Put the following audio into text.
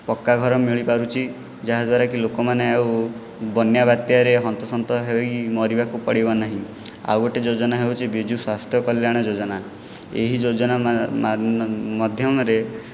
ପକ୍କାଘର ମିଳିପାରୁଛି ଯାହାଦ୍ୱାରା କି ଲୋକମାନେ ଆଉ ବନ୍ୟା ବାତ୍ୟାରେ ହନ୍ତସନ୍ତ ହୋଇ ମରିବାକୁ ପଡ଼ିବନାହିଁ ଆଉ ଗୋଟିଏ ହେଉଛି ବିଜୁ ସ୍ୱାସ୍ଥ୍ୟ କଲ୍ୟାଣ ଯୋଜନା ଏହି ଯୋଜନା ମାଧ୍ୟମରେ